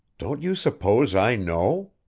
don't you suppose i know.